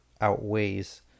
outweighs